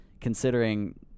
considering